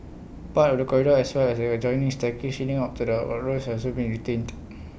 part of the corridor as well as the adjoining staircase up to the courtrooms have also been retained